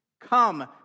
come